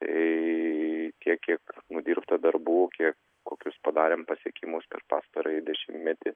tai kiek kiek nudirbta darbų kiek kokius padarėm pasiekimus per pastarąjį dešimtmetį